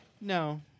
No